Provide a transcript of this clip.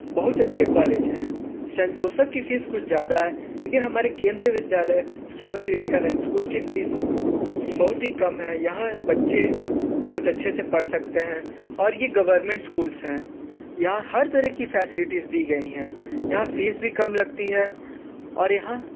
बहुत अच्छे कॉलेज हैं सेंट जोसेफ की फीस कुछ ज़्यादा है लेकिन हमारे केन्द्रीय विद्यालय स्वामी विवेकानंद स्कूल की फीस बहुत ही कम है यहाँ बच्चे बहुत अच्छे से पढ़ सकते है और ये गवर्नमेंटस स्कूल्स हैं यहाँ हर तरह की फेेसिलिटीज दी गई है यहाँ फीस भी कम लगती है और यहाँ